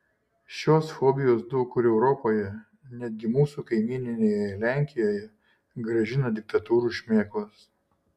šios fobijos daug kur europoje netgi mūsų kaimyninėje lenkijoje grąžina diktatūrų šmėklas